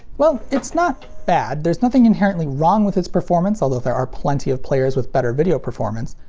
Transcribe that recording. well, it's not bad. there's nothing inherently wrong with its performance, although there are plenty of players with better video performance.